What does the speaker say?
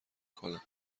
کنن